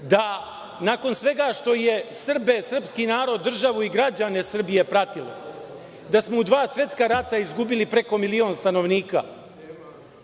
nakon svega što je Srbe, srpski narod, državu i građane Srbije pratilo, da smo u dva svetska rata izgubili preko milion stanovnika,